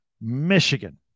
Michigan